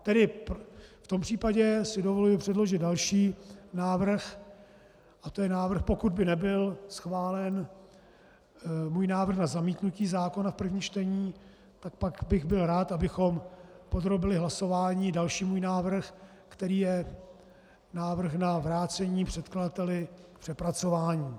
Tedy v tom případě si dovoluji předložit další návrh a to je návrh, pokud by nebyl schválen můj návrh na zamítnutí zákona v prvním čtení, tak pak bych byl rád, abychom podrobili hlasování další můj návrh, kterým je návrh na vrácení předkladateli k přepracování.